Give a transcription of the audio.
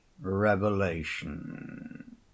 Revelation